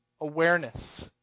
awareness